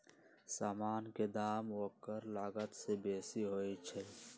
समान के दाम ओकर लागत से बेशी होइ छइ